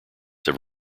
have